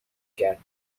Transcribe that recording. کرد